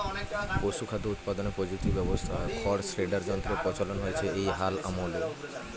পশুখাদ্য উৎপাদনের প্রযুক্তি ব্যবস্থায় খড় শ্রেডার যন্ত্রের প্রচলন হয়েছে এই হাল আমলে